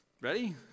Ready